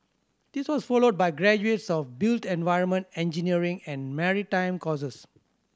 this was followed by graduates of built environment engineering and maritime courses